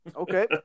Okay